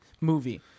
movie